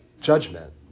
judgment